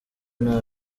nta